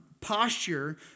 posture